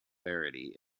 variety